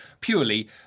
purely